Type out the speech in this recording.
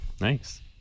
Nice